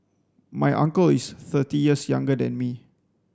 my uncle is thirty years younger than me